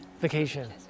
vacation